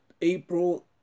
April